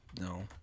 No